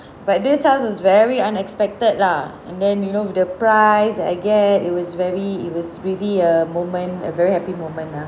but this house is very unexpected lah and then you know with the price that I get it was very it was really a moment a very happy moment lah